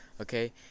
Okay